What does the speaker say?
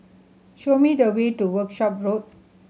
show me the way to Workshop Road